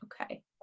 Okay